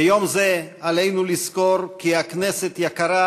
ביום זה עלינו לזכור כי הכנסת יקרה,